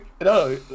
No